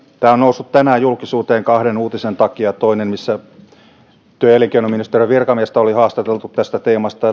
tämä on noussut tänään julkisuuteen kahden uutisen takia toisessa työ ja elinkeinoministeriön virkamiestä oli haastateltu tästä teemasta